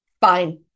fine